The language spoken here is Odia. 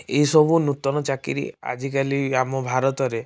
ଏହିସବୁ ନୂତନ ଚାକିରି ଆଜିକାଲି ଆମ ଭାରତରେ